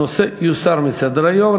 הנושא יוסר מסדר-היום.